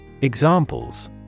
examples